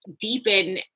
deepen